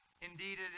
Indeed